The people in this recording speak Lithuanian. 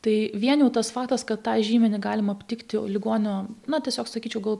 tai vien jau tas faktas kad tą žymenį galima aptikti ligonio na tiesiog sakyčiau gal